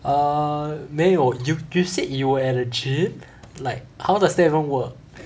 err 没有 you you said you were at a gym like how does that even work